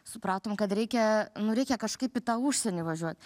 supratom kad reikia nu reikia kažkaip į tą užsienį važiuot